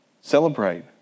Celebrate